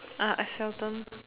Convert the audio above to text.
ah I seldom